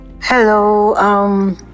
Hello